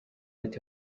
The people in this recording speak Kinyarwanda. ati